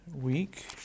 week